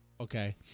Okay